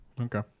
Okay